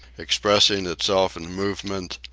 expressing itself in movement,